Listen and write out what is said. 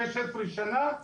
שש עשרה שנה,